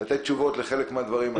לתת תשובות לחלק מהדברים האלה.